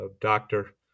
doctor